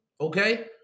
okay